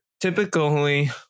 Typically